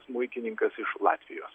smuikininkas iš latvijos